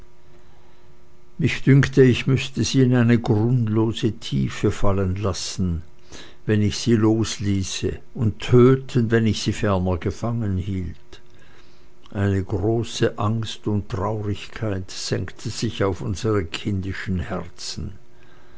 mich dünkte ich müßte sie in eine grundlose tiefe fallen lassen wenn ich sie losließe und töten wenn ich sie ferner gefangenhielt eine große angst und traurigkeit senkte sich auf unsere kindischen herzen